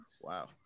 Wow